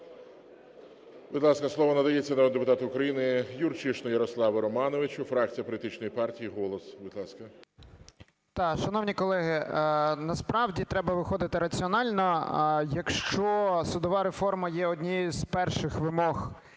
ласка, слово надається народному депутату України Юрчишину Ярославу Романовичу, фракція політичної партії "Голос". Будь ласка. 12:17:03 ЮРЧИШИН Я.Р. Шановні колеги, насправді треба виходити раціонально. Якщо судова реформа є однією з перших вимог